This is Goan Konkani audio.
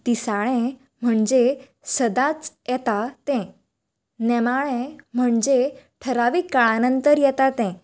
दिसाळें म्हणजे सदांच येता तें नेमाळे म्हणजे थारावीक काळा नंतर येता तें